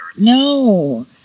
No